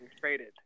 traded